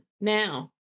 Now